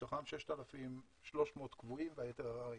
מתוכם 6,300 קבועים והיתר ארעיים.